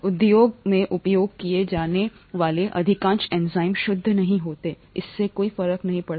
उद्योग में उपयोग किए जाने वाले अधिकांश एंजाइम शुद्ध नहीं होते हैं इससे कोई फर्क नहीं पड़ता